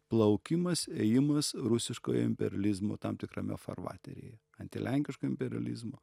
plaukimas ėjimas rusiškojo imperializmo tam tikrame farvateryje antilenkiško imperializmo